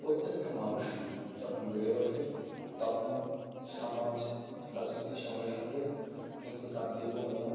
প্রত্যেকটা মানুষই যখন বেড়ে ওঠে তখন সামাজ রাজনীতির সঙ্গে সঙ্গে কিন্তু তার দেহ মন